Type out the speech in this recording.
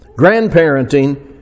Grandparenting